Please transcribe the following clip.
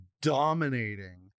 dominating